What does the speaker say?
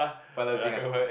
find Le Xing ah